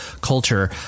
culture